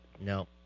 No